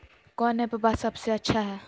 कौन एप्पबा सबसे अच्छा हय?